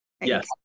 Yes